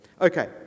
Okay